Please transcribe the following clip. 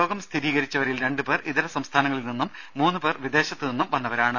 രോഗം സ്ഥിരീകരിച്ചവരിൽ രണ്ടു പേർ ഇതര സംസ്ഥാനങ്ങളിൽ നിന്നും മൂന്നു പേർ വിദേശത്തു നിന്നും വന്നവരാണ്